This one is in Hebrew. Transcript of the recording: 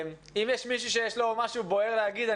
אם יש מישהו שרוצה להגיד משהו בוער אני